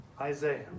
isaiah